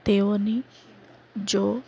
તેઓની જો